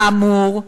כאמור,